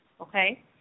okay